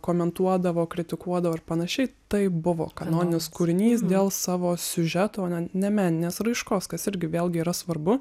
komentuodavo kritikuodavo ar panašiai tai buvo kanoninis kūrinys dėl savo siužeto na ne meninės raiškos kas irgi vėlgi yra svarbu